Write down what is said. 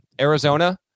Arizona